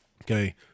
okay